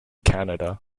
canada